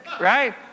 right